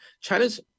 China's